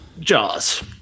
Jaws